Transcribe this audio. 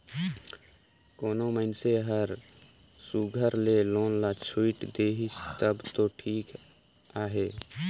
कोनो मइनसे हर सुग्घर ले लोन ल छुइट देहिस तब दो ठीक अहे